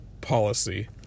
policy